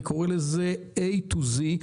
אני קוראה לזה A ל-Z,